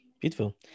Beautiful